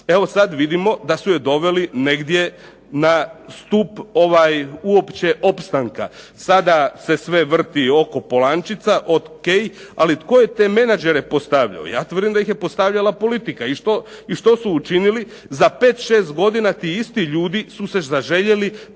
evo sad vidimo da su je doveli negdje na stup uopće opstanka. Sada se sve vrti oko Polančeca, ok, ali tko je te menadžere postavljao? Ja tvrdim da ih je postavljala politika. I što su učinili? Za 5, 6 godina ti isti ljudi su se zaželjeli